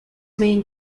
main